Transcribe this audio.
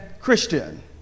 Christian